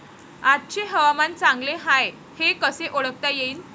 आजचे हवामान चांगले हाये हे कसे ओळखता येईन?